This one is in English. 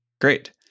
Great